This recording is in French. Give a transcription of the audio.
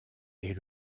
est